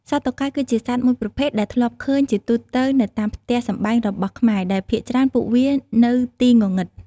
សត្វតុកែគឺជាសត្វមួយប្រភេទដែលធ្លាប់ឃើញជាទូទៅនៅតាមផ្ទះសម្បែងរបស់ខ្មែរដែលភាគច្រើនពួកវានៅទីងងឹត។